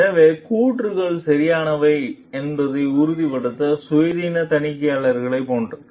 எனவே கூற்றுக்கள் சரியானவை என்பதை உறுதிப்படுத்த சுயாதீன தணிக்கையாளர்களைப் போன்றது